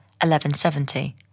1170